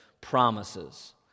promises